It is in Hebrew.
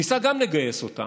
הוא ניסה גם לגייס אותה,